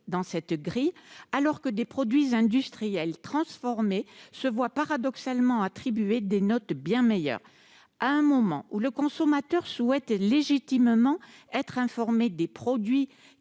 dans cette grille, alors que des produits industriels transformés se voient paradoxalement attribuer des notes bien meilleures. À un moment où le consommateur souhaite légitimement être informé des produits